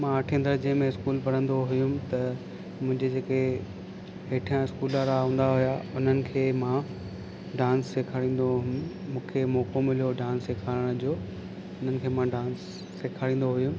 मां अठे दर्जे में स्कूल पढ़ंदो हुउमि त मुंहिंजे जेके हेठियां स्कूल वारा हूंदा हुआ उन्हनि खे मां डांस सेखारिंदो हुउमि मूंखे मौको मिलियो डांस सेखारण जो उन्हनि खे मां डांस सेखारींदो हुउमि